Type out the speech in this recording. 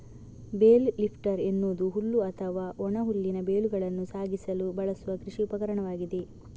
bale lifter ಎನ್ನುವುದು ಹುಲ್ಲು ಅಥವಾ ಒಣ ಹುಲ್ಲಿನ ಬೇಲುಗಳನ್ನು ಸಾಗಿಸಲು ಬಳಸುವ ಕೃಷಿ ಉಪಕರಣವಾಗಿದೆ